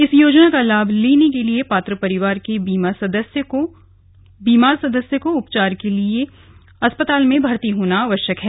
इस योजना का लाभ लेने के लिए पात्र परिवार के बीमार सदस्य को उपचार के लिए अस्पताल में भर्ती होना आवश्यक है